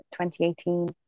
2018